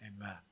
amen